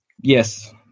Yes